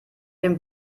dem